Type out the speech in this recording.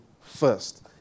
first